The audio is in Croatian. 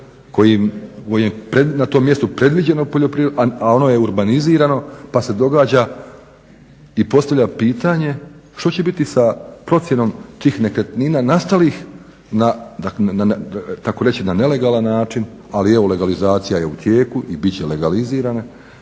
koji je na tom mjestu predviđeno poljoprivredno, a ono je urbanizirano pa se događa i postavlja pitanje što će biti sa procjenom tih nekretnina nastalih tko reći na nelegalan način, ali evo legalizacija je u tijeku i bit će legalizirane